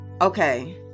okay